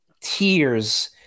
tears